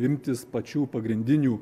imtis pačių pagrindinių